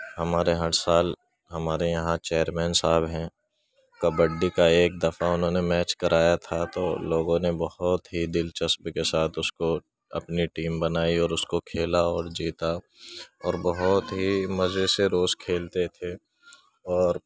ہمارے یہاں ہر سال ہمارے یہاں چیئرمین صاحب ہیں کبڈی کا ایک دفعہ انھوں نے میچ کرایا تھا تو لوگوں نے بہت ہی دلچسپی کے ساتھ اس کو اپنی ٹیم بنائی اور اس کو کھیلا اور جیتا اور بہت ہی مزے سے روز کھیلتے تھے اور